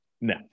no